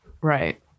right